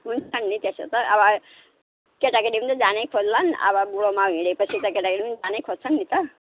हुन्छ नि त्यसो त अब यही केटाकेटी पनि त जानै खोज्लान् अब बुढो माउ हिँड्योपछि त केटाकेटी पनि त जानै खोज्छन् नि त